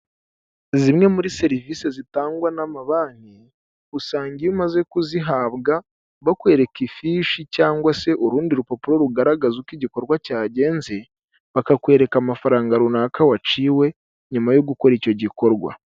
Zimwe muri serivisi zitangwa n'amabanki, usanga iyo umaze kuzihabwa bakwereka ifishi cyangwa se urundi rupapuro rugaragaza uko igikorwa cyagenze bakakwereka amafaranga runaka waciwe nyuma yo gukora icyo gikorwa.